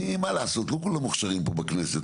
מה לעשות, לא כולם מוכשרים פה בכנסת.